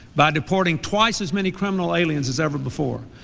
by deporting twice as many criminal aliens as ever before,